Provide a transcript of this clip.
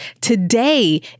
Today